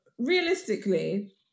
realistically